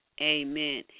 amen